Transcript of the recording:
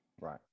Right